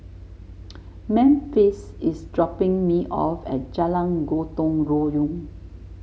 Memphis is dropping me off at Jalan Gotong Royong